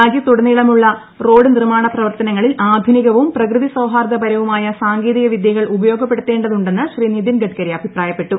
രാജ്യത്തുടനീളമുള്ള റോഡ് നിർമ്മാണ പ്രവർത്തനങ്ങളിൽ ആധുനികവും പ്രകൃതി സൌഹാർദപരവുമായ സാങ്കേതികവിദ്യകൾ ഉപയോഗപ്പെടുത്തേണ്ടതുണ്ടെന്ന് അഭിപ്രായപ്പെട്ടു